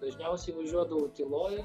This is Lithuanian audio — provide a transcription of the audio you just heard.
dažniausiai važiuodavau tyloj